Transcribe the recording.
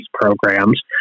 programs